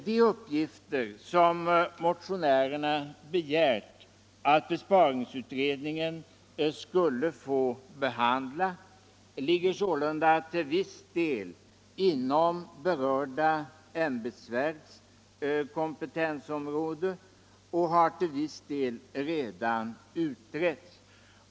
De uppgifter som motionärerna har begärt att besparingsutredningen skulle få ägna sig åt ligger alltså till viss del inom berörda ämbetsverks kompetensområde, och frågorna har till viss del redan utretts.